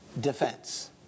defense